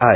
I